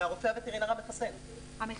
מהרופא המחסן.